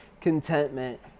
contentment